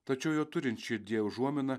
tačiau jau turint širdyje užuominą